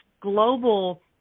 global